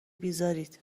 بیزارید